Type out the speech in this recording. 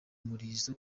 murizo